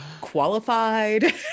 qualified